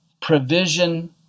provision